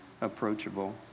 approachable